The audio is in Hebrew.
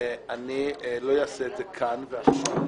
אני לא אעשה את זה כאן ועכשיו.